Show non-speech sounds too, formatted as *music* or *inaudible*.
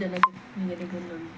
*unintelligible*